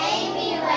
Amy